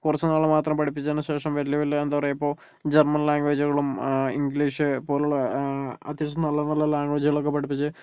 കുറച്ച് നാള് മാത്രം പഠിച്ചതിനു ശേഷം വല്യ വല്യ എന്താ പറയുക ഇപ്പോൾ ജർമൻ ലാഗ്വേജുകളും ഇംഗ്ലീഷ് പോലുള്ള അത്യാവശ്യം നല്ല നല്ല ലാഗ്വേജുകളൊക്കെ പഠിപ്പിച്ച്